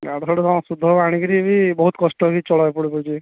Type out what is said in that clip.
ୟା ତା'ଠୁ ସୁଧ ଆଣିକିରି ବି ବହୁତ କଷ୍ଟରେ ବି ଚଳ୍ବାକୁ